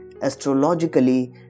Astrologically